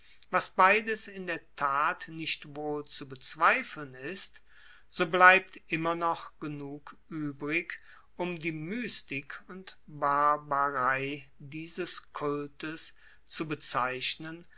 was beides in der tat nicht wohl zu bezweifeln ist so bleibt immer noch genug uebrig um die mystik und barbarei dieses kultes zu bezeichnen